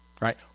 right